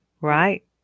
Right